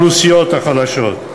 זה במיוחד טוב לאוכלוסיות החלשות.